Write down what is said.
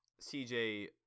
CJ